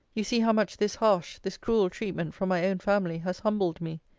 you see how much this harsh, this cruel treatment from my own family has humbled me!